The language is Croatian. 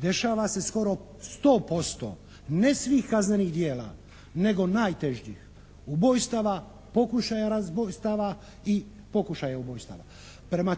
dešava se skoro 100%, ne svih kaznenih djela nego najtežih, ubojstava, pokušaja razbojstava i pokušaja ubojstava. Prema